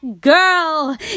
girl